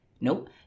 nope